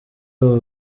aba